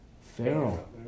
Pharaoh